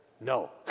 no